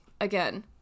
Again